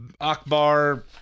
Akbar